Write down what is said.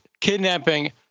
kidnapping